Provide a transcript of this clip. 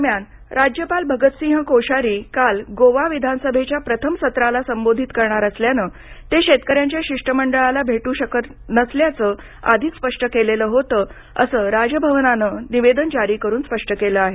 दरम्यान राज्यपाल भगतसिंह कोश्यारी काल गोवा विधानसभेच्या प्रथम सत्राला संबोधित करणार असल्यानं ते शेतकऱ्यांच्या शिष्टमंडळाला भेटू शकणार नसल्याचं आधीच स्पष्ट केलेलं होतं असं राजभवनानं निवेदन जारी करून स्पष्ट केलं आहे